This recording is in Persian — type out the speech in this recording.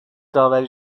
داوری